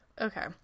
okay